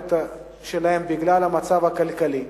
למערכת בגלל מצבם הכלכלי,